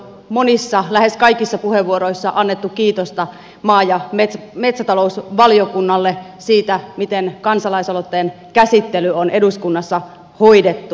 täällä on jo monissa lähes kaikissa puheenvuoroissa annettu kiitosta maa ja metsätalousvaliokunnalle siitä miten kansalaisaloitteen käsittely on eduskunnassa hoidettu